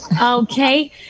Okay